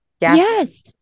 Yes